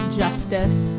justice